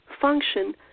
function